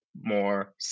more